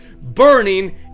burning